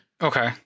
Okay